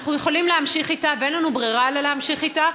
אנחנו יכולים להמשיך אתה ואין לנו ברירה אלא להמשיך אתה,